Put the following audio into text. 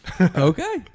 okay